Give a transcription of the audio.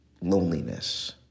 loneliness